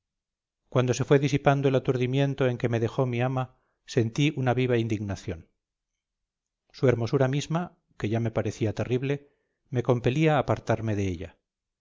cuando se fue disipando el aturdimiento en que me dejó mi ama sentí una viva indignación su hermosura misma que ya me parecía terrible me compelía a apartarme de ella